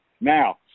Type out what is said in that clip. now